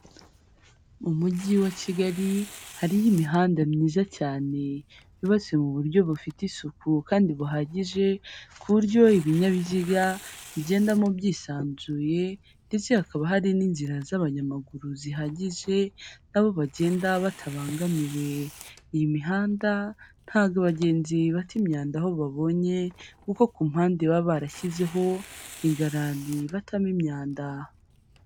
Mu mujyi wa Kigali, hariyo imihanda myiza cyane, yubatse mu buryo bufite isuku kandi buhagije, ku buryo ibinyabiziga bigendamo byisanzuye, ndetse hakaba hari n'inzira z'abanyamaguru zihagije, na bo bagenda batabangamiwe. Iyi mihanda ntabwo abagenzi bata imyanda aho babonye, kuko ku mpande baba barashyizeho ingarani batamo imyanda.